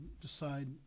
decide